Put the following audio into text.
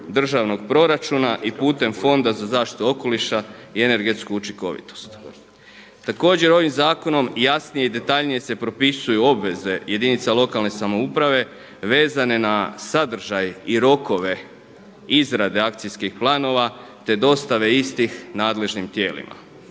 državnog proračuna i putem Fonda za zaštitu okoliša i energetsku učinkovitost. Također ovim zakonom jasnije i detaljnije se propisuju obveze jedinica lokalne samouprave vezane na sadržaj i rokove izrade akcijskih planova te dostave istih nadležnim tijelima.